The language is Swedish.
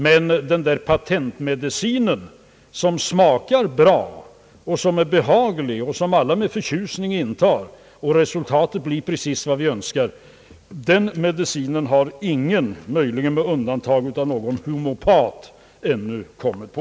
Men den där patentmedicinen, som smakar bra och som alla med förtjusning intar och som ger precis det resultat vi önskar, den medicinen har ingen, möjligen med undantag av någon homeopat, ännu kommit på.